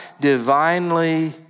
divinely